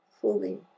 fully